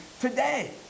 today